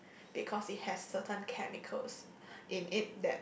because it has certain chemicals in it that